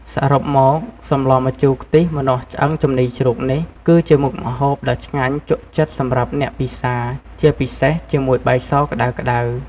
សរុបមក សម្លម្ជូរខ្ទិះម្នាស់ឆ្អឹងជំនីរជ្រូកនេះ គឺជាមុខម្ហូបដ៏ឆ្ងាញ់ជក់ចិត្តសម្រាប់អ្នកពិសា ជាពិសេសជាមួយបាយសក្តៅៗ។